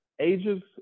ages